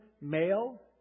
male